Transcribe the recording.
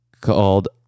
called